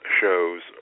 shows